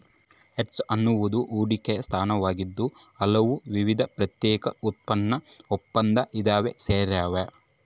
hedge ಎನ್ನುವುದು ಹೂಡಿಕೆಯ ಸ್ಥಾನವಾಗಿದ್ದು ಹಲವು ವಿಧದ ಪ್ರತ್ಯಕ್ಷ ಉತ್ಪನ್ನ ಒಪ್ಪಂದ ಇದ್ರಾಗ ಸೇರ್ಯಾವ